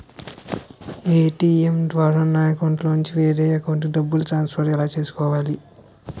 ATM ద్వారా నా అకౌంట్లోనుంచి వేరే అకౌంట్ కి డబ్బులు ట్రాన్సఫర్ ఎలా చేసుకోవాలి?